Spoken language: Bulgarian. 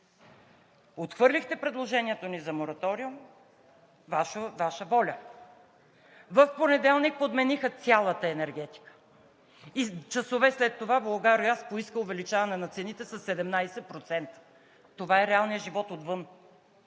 Отхвърлихте предложението ни за мораториум – Ваша воля. В понеделник подмениха цялата енергетика и часове след това „Булгаргаз“ поиска увеличаване на цените със 17%. Това е реалният живот отвън